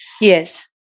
Yes